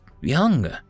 young